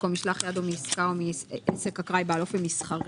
או משלח יד או מעסקה או מעסק אקראי בעל אופי מסחרי".